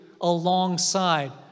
alongside